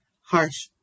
harsh